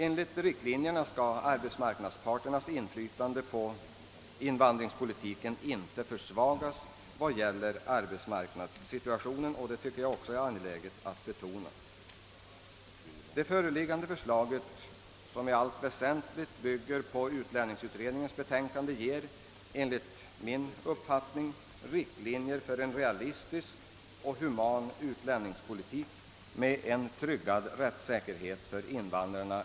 Enligt riktlinjerna skall arbetsmarknadsparternas inflytande på invandringspolitiken inte försvagas i fråga om bedömningen av arbetsmarknadssituationen, vilket jag också finner angeläget betona. Det föreliggande förslaget, som i allt väsentligt bygger på utlänningsutredningens betänkande, ger enligt min uppfattning riktlinjer för en realistisk och human utlänningspolitik med tryggad rättssäkerhet för invandrarna.